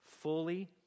fully